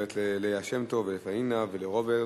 לגברת ליה שמטוב, לפניה ולרוברט.